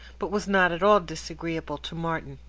but was not at all disagreeable to martin.